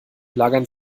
lagern